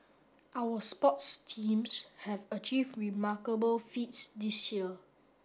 our sports teams have achieved remarkable feats this year